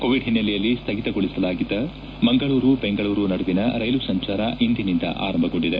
Covid ಹಿನ್ನೆಲೆಯಲ್ಲಿ ಸ್ಥಗಿತಗೊಳಿಸಲಾಗಿದ್ದ ಮಂಗಳೂರು ಬೆಂಗಳೂರು ನಡುವಿನ ರೈಲು ಸಂಚಾರ ಇಂದಿನಿಂದ ಆರಂಭಗೊಂಡಿದೆ